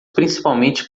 principalmente